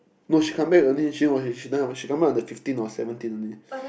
no she come back only she she come back on the fifteen or seventeen only